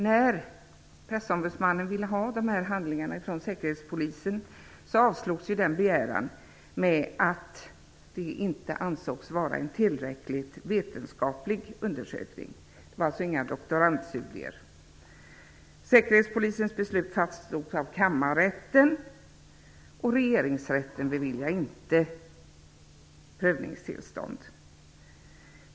När pressombudsmannen ville ha dessa handlingar från Säkerhetspolisen avslogs den begäran eftersom hans studie inte ansågs vara en tillräckligt vetenskaplig undersökning. Det handlade alltså inte om någon doktorandstudie. Säkerhetspolisens beslut fastställdes av kammarrätten, och regeringsrätten beviljade inte prövningstillstånd.